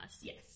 Yes